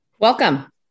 Welcome